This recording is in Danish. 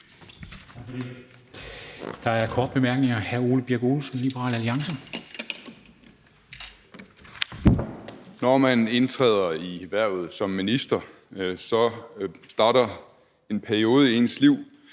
Der er korte bemærkninger. Hr. Ole Birk Olesen, Liberal Alliance. Kl. 15:47 Ole Birk Olesen (LA): Når man indtræder i hvervet som minister, starter en periode i ens liv,